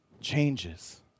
changes